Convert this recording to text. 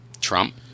Trump